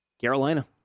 Carolina